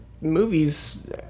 movies